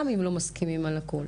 גם אם לא מסכימים על הכל.